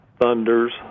thunders